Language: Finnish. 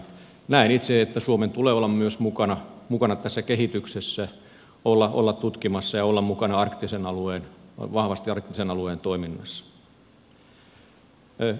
näen itse että myös suomen tulee olla mukana tässä kehityksessä olla tutkimassa ja olla vahvasti mukana arktisen alueen toiminnassa